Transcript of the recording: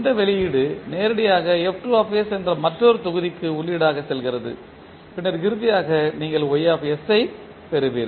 இந்த வெளியீடு நேரடியாக என்ற மற்றொரு தொகுதிக்கு உள்ளீடாக செல்கிறது பின்னர் இறுதியாக நீங்கள் ஐ பெறுவீர்கள்